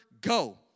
go